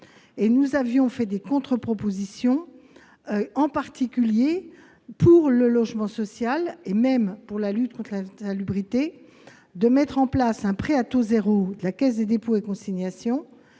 Nous avions fait des contre-propositions consistant, pour le logement social et la lutte contre l'insalubrité, à mettre en place un prêt à taux zéro de la Caisse des dépôts et consignations,